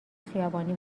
خیابانی